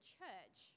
church